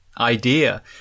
idea